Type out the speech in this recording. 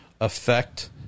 affect